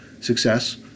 success